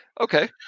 okay